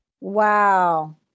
Wow